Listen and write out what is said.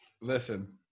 Listen